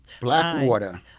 Blackwater